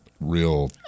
real